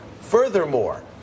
Furthermore